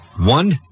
One